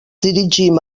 dirigim